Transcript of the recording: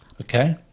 okay